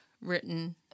written